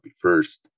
first